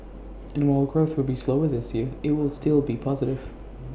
and while growth will be slower this year IT will still be positive